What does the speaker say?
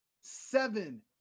seven